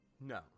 No